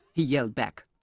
he yelled back.